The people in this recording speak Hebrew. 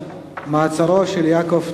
מעצרו של יעקב טייטל,